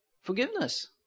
forgiveness